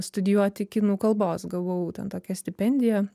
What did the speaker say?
studijuoti kinų kalbos gavau ten tokią stipendiją